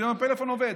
פתאום הפלאפון עובד,